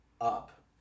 up